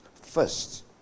first